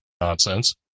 nonsense